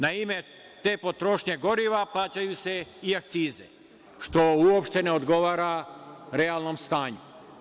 Na ime te potrošnje goriva plaćaju se i akcize, što uopšte ne odgovara realnom stanju.